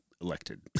elected